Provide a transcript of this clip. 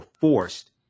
forced